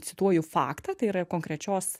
cituoju faktą tai yra konkrečios